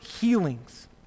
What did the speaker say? healings